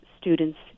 students